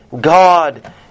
God